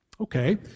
Okay